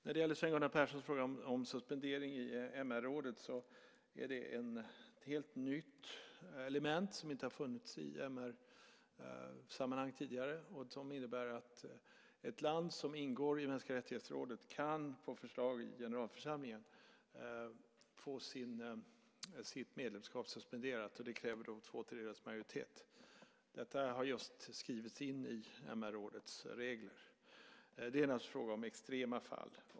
När det gäller Sven Gunnar Perssons fråga om suspendering i MR-rådet vill jag säga att det är ett helt nytt element som inte har funnits i MR-sammanhang tidigare. Det innebär att ett land som ingår i mänskliga rättighetsrådet kan, på förslag i generalförsamling, få sitt medlemskap suspenderat, och det kräver då två tredjedels majoritet. Detta har just skrivits in i MR-rådets regler. Det är naturligtvis fråga om extrema fall.